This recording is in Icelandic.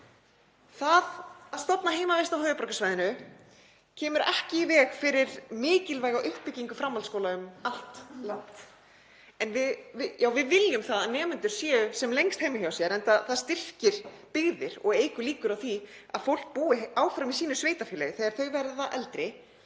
Það að stofna heimavist á höfuðborgarsvæðinu kemur ekki í veg fyrir mikilvæga uppbyggingu framhaldsskóla um allt land. Við viljum að nemendur séu sem lengst heima hjá sér enda styrkir það byggðir og eykur líkur á því að fólk búi áfram í sínu sveitarfélagi þegar þau verða eldri.